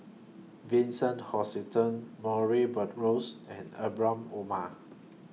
Vincent Hoisington Murray Buttrose and Ibrahim Omar